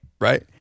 right